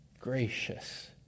gracious